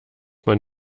man